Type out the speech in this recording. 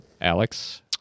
Alex